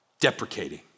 deprecating